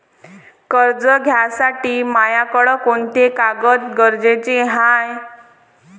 कर्ज घ्यासाठी मायाकडं कोंते कागद गरजेचे हाय?